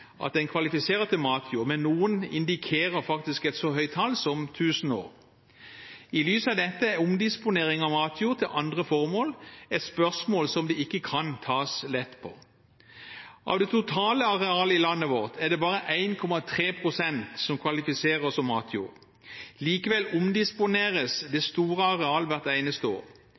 at den kvalifiserer til matjord, men noen indikerer faktisk et så høyt tall som 1 000 år. I lys av dette er omdisponering av matjord til andre formål et spørsmål som det ikke kan tas lett på. Av det totale arealet i landet vårt er det bare 1,3 pst. som kvalifiserer til matjord. Likevel omdisponeres det store arealer hvert eneste år.